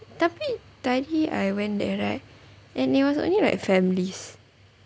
tapi tadi I went there right and there was only like families